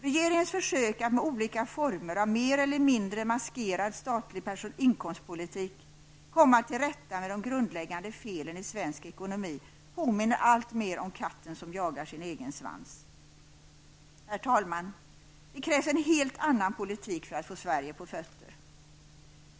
Regeringens försök att med olika former av mer eller mindre maskerad statlig inkomstpolitik komma till rätta med de grundläggande felen i svensk ekonomi påminner alltmer om katten som jagar sin egen svans. Herr talman! Det krävs en helt annan politik för att få Sverige på fötter.